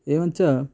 एवं च